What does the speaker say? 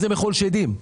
איזה מחול שדים.